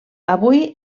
avui